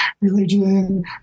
religion